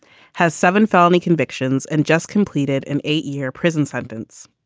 has seven felony convictions and just completed an eight year prison sentence.